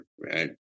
right